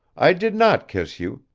i did not kiss you,